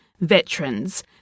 veterans